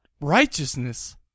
righteousness